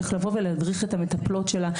איך לבוא ולהדריך את המטפלות שלה,